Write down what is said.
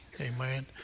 Amen